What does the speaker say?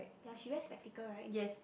ya she wear spectacle right